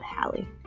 Hallie